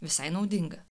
visai naudinga